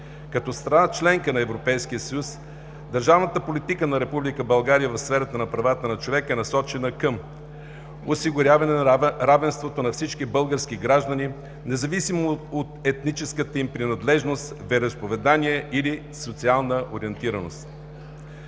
Като страна – членка на Европейския съюз, държавната политика на Република България в сферата на правата на човека е насочена към осигуряване на равенството на всички български граждани, независимо от етническата им принадлежност, вероизповедание или социална ориентираност,